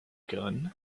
gun